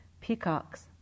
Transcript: peacocks